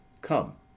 Come